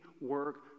work